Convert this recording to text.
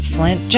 Flint